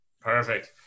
Perfect